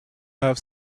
have